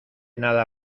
nada